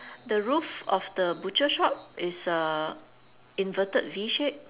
the roof of the butcher shop is a inverted V shape